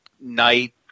night